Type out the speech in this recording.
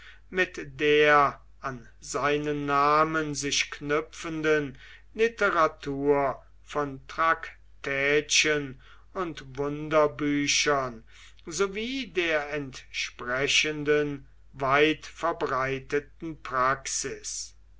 mit der an seinen namen sich knüpfenden literatur von traktätchen und wunderbüchern sowie der entsprechenden weitverbreiteten praxis